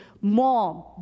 mom